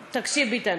תקשיב, ביטן,